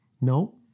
no